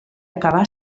acabà